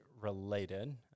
related